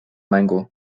mängu